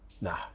Nah